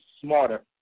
smarter